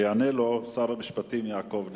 יענה לו שר המשפטים יעקב נאמן.